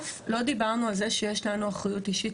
שבסוף לא דיברנו על זה שיש לנו אחריות אישית